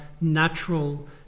natural